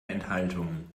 enthaltungen